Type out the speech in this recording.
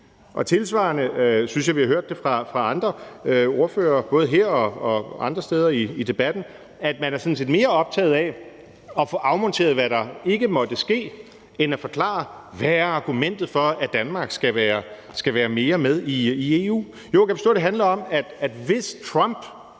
Tilsvarende synes jeg, vi har hørt fra andre ordførere, både her og andre steder i debatten, at man sådan set er mere optaget af at få afmonteret, hvad der ikke måtte ske, end at forklare, hvad argumentet for, at Danmark skal være mere med i EU, er. Jo, jeg kan forstå, at det handler om, at hvis Trump